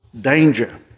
danger